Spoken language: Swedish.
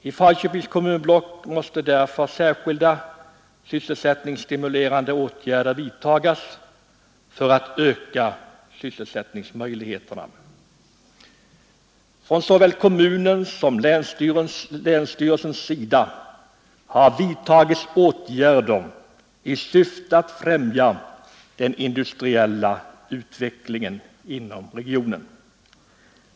I Falköpings kommunblock måste därför särskilda sysselsättningsstimulerande åtgärder vidtagas för att öka sysselsättningsmöjligheterna. Från såväl kommunens som länsstyrelsens sida har vidtagits åtgärder i syfte att främja den industriella utvecklingen inom regionen.